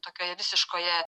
tokioje visiškoje